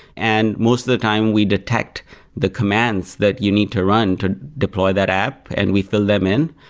and most of the time, we detect the commands that you need to run to deploy that app and we fill them in.